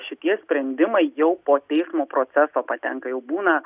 šitie sprendimai jau po teismo proceso patenka jau būna